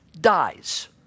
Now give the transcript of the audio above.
dies